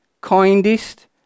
kindest